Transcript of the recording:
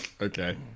okay